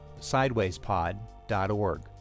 SidewaysPod.org